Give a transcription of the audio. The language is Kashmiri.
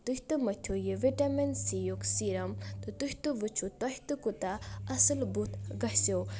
تُہۍ تہِ مٔتھِو یہِ وِٹیمِن سی یُک سِرم تہٕ تُہۍ تہِ وٕچھو تۄہہِ تہِ کوٗتاہ اَصل بُتھ گژھیو